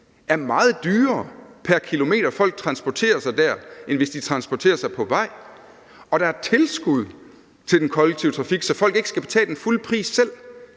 er meget dyrere pr. kilometer, folk transporterer sig dér, end hvis de transporterer sig på vejene, og der er tilskud til den kollektive trafik, så folk ikke selv skal betale den fulde pris,